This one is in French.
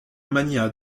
magnat